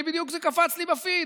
זה קפץ לי בפיד,